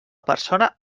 persona